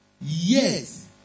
Yes